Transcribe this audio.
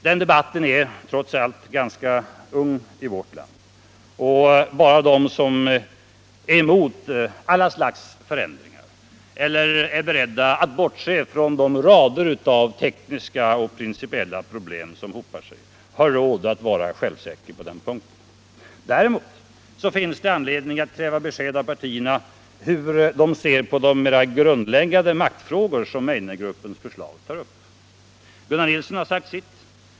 Den debatten är ganska ung i vårt land, och bara den som är emot alla slags förändringar eller är beredd att bortse från de rader av tekniska och principiella problem som hopar sig har råd att vara självsäker på den punkten. Däremot finns det anledning att kräva besked av partierna hur de ser på de mera grundläggande maktfrågor som Meidnergruppens förslag tar upp. Gunnar Nilsson har sagt sitt.